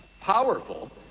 powerful